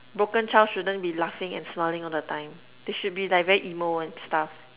broken child shouldn't be laughing and smiling all the time they should be like very emo and stuff